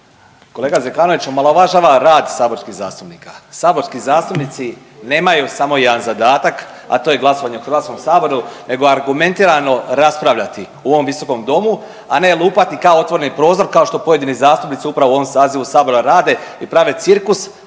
Kolega Zekanović omalovažava rad saborskih zastupnika. Saborski zastupnici nemaju samo jedan zadatak, a to je glasovanje u HS-u nego argumentirano raspravljati u ovom visokom domu, a ne lupati kao otvoreni prozor kao što pojedini zastupnici upravo u ovom sazivu Sabora rade i prave cirkus